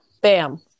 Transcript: Bam